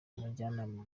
umujyanama